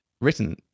written